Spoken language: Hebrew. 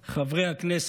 חברי הכנסת,